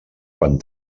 quan